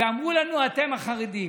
ואמרנו לנו: אתם, החרדים.